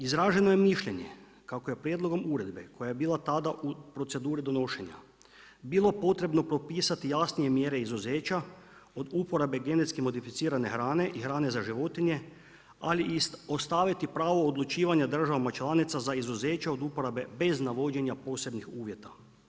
Izraženo je mišljenje kako je prijedlogom uredbe koja je bila tada u proceduri donošenja bilo potrebno propisati jasnije mjere izuzeća od uporabe GMO-a i hrane za životnije ali i ostaviti pravo odlučivanja državama članica za izuzeće od uporabe bez navođenja posebnih uvjeta.